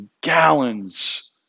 gallons